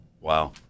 wow